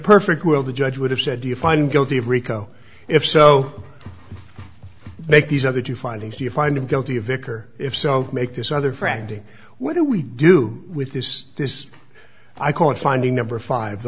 perfect world the judge would have said you find him guilty of rico if so make these other two findings do you find him guilty of iker if so make this other franti what do we do with this this i can't find the number five